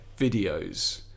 videos